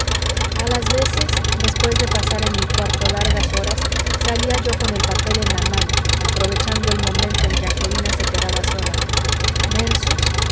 a las veces después de pasar en mi cuarto largas horas salía yo con el papel en la mano aprovechando el momento en que angelina se quedaba sola versos